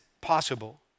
possible